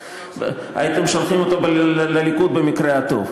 הייתם שולחים אותו לליכוד במקרה הטוב.